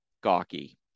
gawky